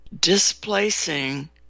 displacing